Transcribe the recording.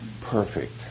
perfect